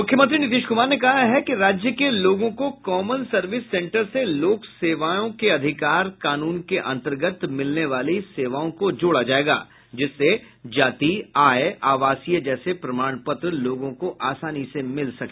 मुख्यमंत्री नीतीश कुमार ने कहा है कि राज्य के लोगों को कॉमन सर्विस सेंटर से लोक सेवायें के अधिकार कानून के अंतर्गत मिलने वाली सेवाओं को जोड़ा जायेगा जिससे जाति आय आवासीय जैसे प्रमाण पत्र लोगों को आसानी से मिल सके